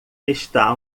está